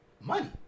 money